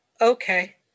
Okay